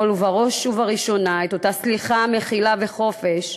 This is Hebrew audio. את אותה סליחה, מחילה וחופש,